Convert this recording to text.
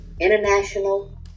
International